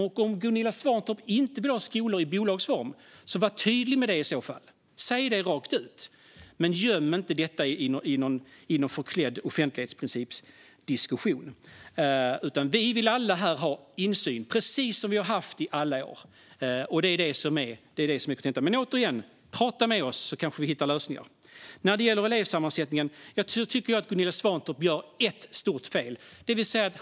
Om Gunilla Svantorp inte vill ha skolor i bolagsform, var i så fall tydlig med det och säg det rakt ut! Göm inte detta i någon förklädd offentlighetsprincipsdiskussion! Vi vill alla här ha insyn, precis som vi har haft i alla år. Det är det som är kontentan. Men återigen: Prata med oss, så kanske vi hittar lösningar! När det gäller elevsammansättningen tycker jag att Gunilla Svantorp gör ett stort fel.